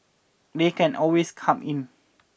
they can always come in